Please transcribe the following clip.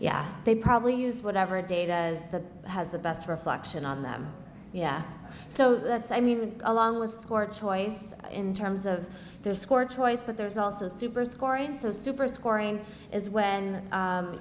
yeah they probably use whatever data as the has the best reflection on them yeah so that's i mean along with score choice in terms of their score choice but there's also stupors korean so super scoring is when